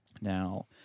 Now